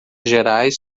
gerais